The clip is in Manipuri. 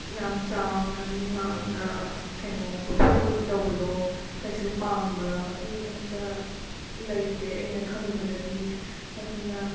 ꯌꯥꯝ ꯆꯥꯎꯅ ꯃꯤꯃꯥꯡꯗ ꯀꯩꯅꯣ ꯎꯠꯊꯣꯛꯄꯒꯤ ꯇꯧꯕꯗꯣ ꯀꯩꯁꯨ ꯄꯥꯝꯕ ꯃꯤ ꯑꯝꯇ ꯂꯩꯇꯦ ꯑꯩꯅ ꯈꯪꯕꯗꯗꯤ ꯑꯗꯨꯅ